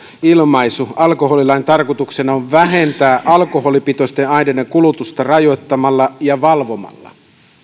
ilmaisu alkoholilain tarkoituksena on vähentää alkoholipitoisten aineiden kulutusta rajoittamalla ja valvomalla